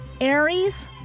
Aries